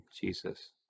Jesus